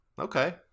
okay